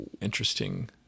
interesting